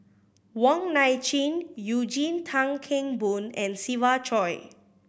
Wong Nai Chin Eugene Tan Kheng Boon and Siva Choy